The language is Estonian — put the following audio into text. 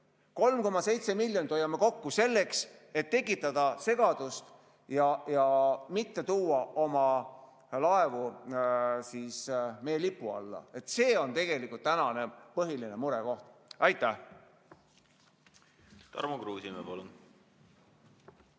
3,7 miljonit hoiame kokku, tekitades segadust ja mitte tuues oma laevu meie lipu alla. See on tegelikult tänane põhiline murekoht. Aitäh!